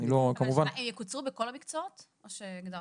אני כמובן --- יקוצרו בכל המקצועות או שהגדרתם?